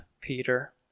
Peter